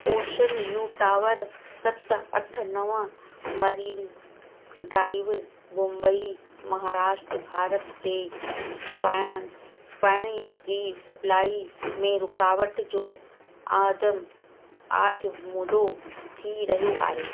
ocean U Tower सत अठ नवं मरीन डाईव मुम्बई महाराष्ट भारत ते पाइणु पाणी जी सपलाई में रुकावट जो आदम आज़मूदो थी रहियो आहे